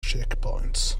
checkpoints